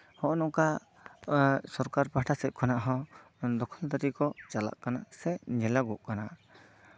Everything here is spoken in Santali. ᱦᱚᱜᱼᱚᱭ ᱱᱚᱝᱠᱟ ᱥᱚᱨᱠᱟᱨ ᱯᱟᱦᱴᱟ ᱥᱮᱫ ᱠᱷᱚᱱᱟᱜ ᱠᱚ ᱫᱚᱠᱷᱚᱞ ᱫᱟᱨᱤ ᱠᱚ ᱪᱟᱞᱟᱜ ᱠᱟᱱᱟ ᱥᱮ ᱧᱮᱞᱚᱜᱚᱜ ᱠᱟᱱᱟ